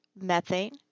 methane